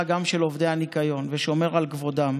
גם של עובדי הניקיון ושומר על כבודם.